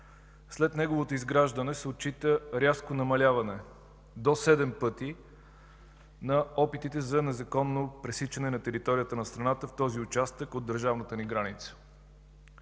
След неговото изграждане се отчита рязко намаляване – до седем пъти, на опитите за незаконно пресичане на територията на страната в този участък от държавната ни граница.